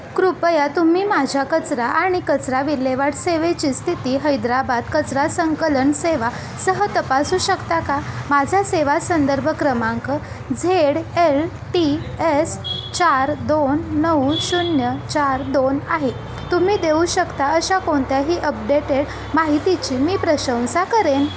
कृपया तुम्ही माझ्या कचरा आणि कचरा विल्हेवाट सेवेची स्थिती हैद्राबाद कचरा संकलन सेवा सह तपासू शकता का माझा सेवा संदर्भ क्रमांक झेड एल टी एस चार दोन नऊ शून्य चार दोन आहे तुम्ही देऊ शकता अशा कोणत्याही अपडेटेड माहितीची मी प्रशंसा करेन